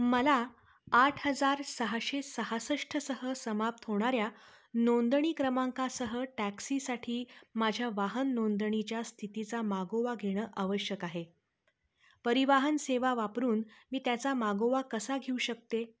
मला आठ हजार सहाशे सहासष्टसह समाप्त होणाऱ्या नोंदणी क्रमांकासह टॅक्सीसाठी माझ्या वाहन नोंदणीच्या स्थितीचा मागोवा घेणं आवश्यक आहे परिवाहन सेवा वापरून मी त्याचा मागोवा कसा घेऊ शकते